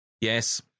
yes